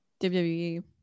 WWE